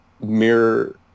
mirror